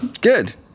Good